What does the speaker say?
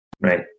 Right